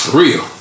real